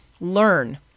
Learn